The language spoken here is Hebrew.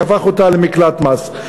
שהפך אותה למקלט מס.